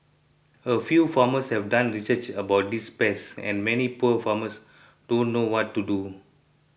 a few farmers have done research about these pests and many poor farmers don't know what to do